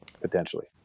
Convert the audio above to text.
potentially